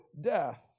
death